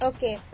Okay